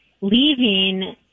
leaving